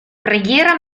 preghiera